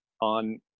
on